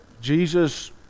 Jesus